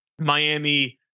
Miami